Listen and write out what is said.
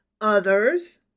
Others